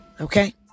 Okay